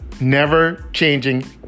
never-changing